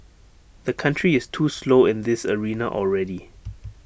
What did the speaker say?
the country is too slow in this arena already